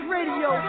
Radio